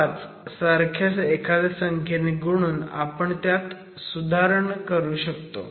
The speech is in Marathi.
5 सारख्या एखाद्या संख्येने गुणून आपण त्यात सुधारणा करू शकतो